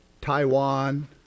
Taiwan